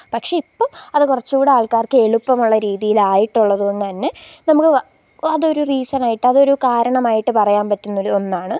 പക്ഷെ ഇപ്പം അത് കുറച്ചും കൂടിയാൾക്കാർക്ക് എളുപ്പമുള്ള രീതിയിലായിട്ടുള്ളതു കൊണ്ട് തന്നെ നമുക്ക് അതൊരു റീസണായിട്ടതൊരു കാരണമായിട്ടു പറയാൻ പറ്റുന്നൊരു ഒന്നാണ്